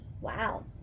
Wow